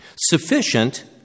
Sufficient